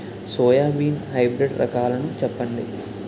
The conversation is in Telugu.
సోయాబీన్ హైబ్రిడ్ రకాలను చెప్పండి?